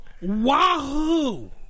wahoo